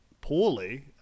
poorly